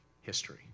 history